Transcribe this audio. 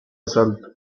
asalto